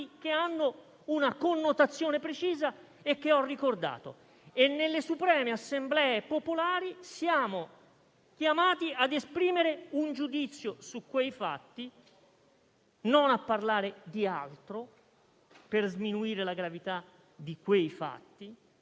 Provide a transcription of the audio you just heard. che hanno una connotazione precisa e che ho ricordato, e nelle supreme Assemblee popolari siamo chiamati ad esprimere un giudizio su quei fatti, non a parlare di altro per sminuirne la gravità. Credo che in